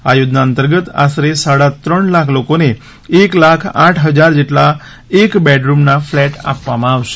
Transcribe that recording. આ યોજના અંતર્ગત આશરે સાડા ત્રણ લાખ લોકોને એક લાખ આઠ હજાર જેટલા એક બેડરૂમના ફ્લેટ આપવામાં આવશે